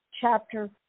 chapter